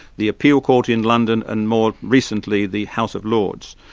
the appeal court in london, and more recently the house of lords.